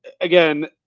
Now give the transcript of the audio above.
Again